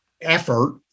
effort